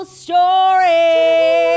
story